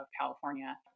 California